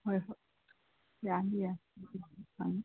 ꯍꯣꯏ ꯍꯣꯏ ꯌꯥꯅꯤꯌꯦ ꯑꯪ